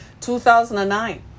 2009